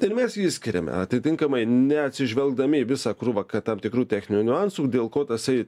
tai ir mes jį išskiriame atitinkamai neatsižvelgdami į visą krūvą ka tam tikrų techninių niuansų dėl ko tasai